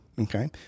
Okay